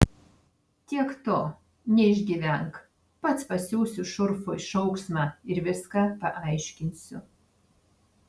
tiek to neišgyvenk pats pasiųsiu šurfui šauksmą ir viską paaiškinsiu